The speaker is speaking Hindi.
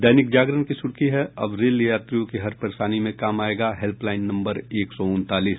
दैनिक जागरण की सुर्खी है अब रेल यात्रियों की हर परेशानी में काम आयेगा हेल्पलाईन नम्बर एक सौ उनतालीस